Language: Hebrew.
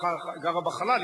גרה בחלל,